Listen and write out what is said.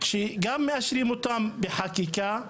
שגם מאשרים אותן בחקיקה,